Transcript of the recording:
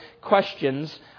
questions